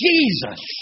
Jesus